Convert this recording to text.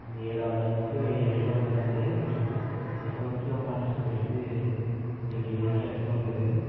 ఏడు వందలు నుంచి వెయ్యి ఇటుక అవుతుందండి ఇటుకు ఇసుకొచ్చి ఒక నాకు తెలిసి రెండు యూనిట్ల ఇసుక అవుతుంది